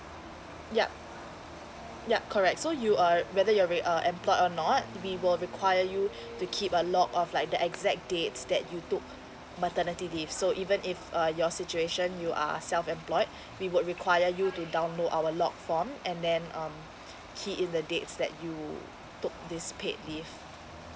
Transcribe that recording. yup yup correct so you uh whether you are uh employed or not we will require you to keep a log of like the exact date that you took maternity leave so even if uh your situation you are self employed we would require you to download our log form and then um key in the dates that you took this paid leave